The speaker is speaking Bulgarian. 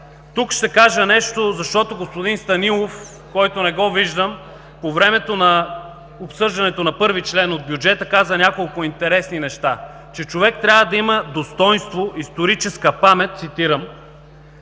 Тук ще кажа нещо, защото господин Станилов, когото не виждам, при обсъждането на чл. 1 от бюджета каза няколко интересни неща – че човек трябва да има достойнство, историческа памет – цитирам